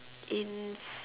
in